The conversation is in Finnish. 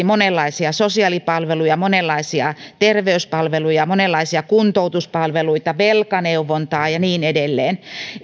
monenlaisia sosiaalipalveluja monenlaisia terveyspalveluja monenlaisia kuntoutuspalveluita velkaneuvontaa ja niin edelleen